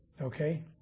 Okay